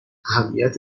اهمیت